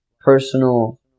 personal